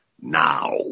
now